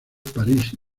parís